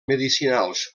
medicinals